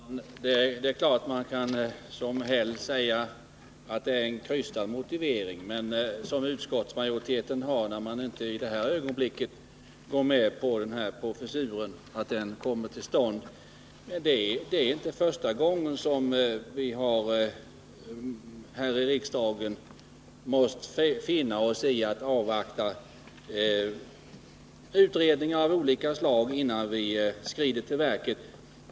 Herr talman! Det är klart att man som Karl-Erik Häll kan säga att det är en krystad motivering som utskottsmajoriteten har när man inte i det här ögonblicket går med på att professuren kommer till stånd. Men det är inte första gången som vi här i riksdagen har måst finna oss i att avvakta utredningar av olika slag innan vi skrider till verket.